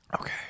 Okay